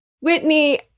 Whitney